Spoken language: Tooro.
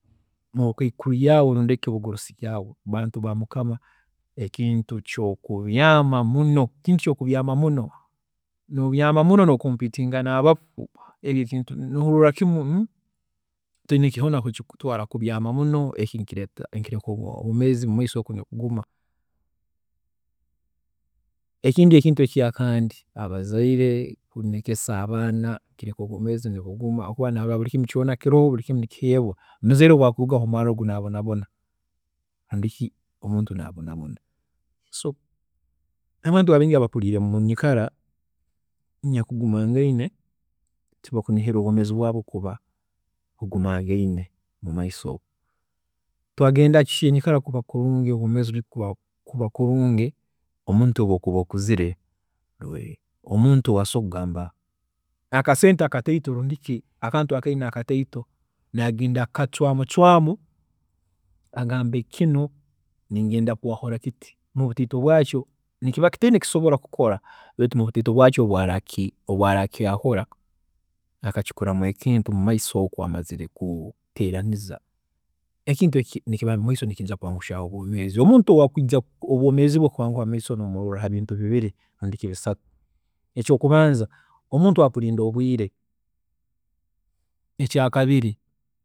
﻿Omubukaikuru bwaawe orondeyo ekyomubugurusi kyaawe, bantu ba mukama, ekintu ky'okubyaama muno, ekintu ky'okubyaama muno, nobyaama muno no competinga nabakwo eki ekintu nooroorra kimu hataine hoona mbere kikukutwaara, kubyaama muno eki nikireeta obwoomeezi bwomumaiso kuguma. Ekintu ekindi ekyakandi, abazaire mulekese abaana kuleetera ensi kuguma habwookuba naarola buri kintu kyoona kiroho, omuzaire obu akurugaho omwaana ogu naabonabona rundi ki omuntu naabonabona. So abantu abaingi abakuriire munyikara enyakugumangaine tibakunihira obwoomeezi bwaabo kuba bugumangaine mumaiso oku, Twagenda kukyenyikala kuba kulungi, obwoomeezi kuba kulungi, omuntu obu okuba okuzire niwe omuntu owaakusobola kugamab naakasente akataito rundi ki akant akaine akataito, nayenda kukacwaamucwaamu, agambe kinu ninyenda kwahura kiti mubutaito bwaakyo. Nikiba kitaine eki kusobola kukora baitu mubutaito bwaakyo obu araakyaahura akakikoramu ekintu mumaiso oku amazire kukiteeraniza ekintu eki nikiba mumaiso oku nikiija kwangushyaaho obwoomeezi. Omuntu owakwiija kwangushya obwoomeezi bwe mumaiso oku nomuroorra habintu bibiri nadi ki bisatu, ekyokubanza, omuntu owaakurinda obwiire, ekyaakabiri